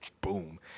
Boom